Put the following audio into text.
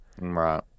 right